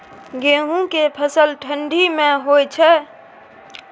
गेहूं के फसल ठंडी मे होय छै?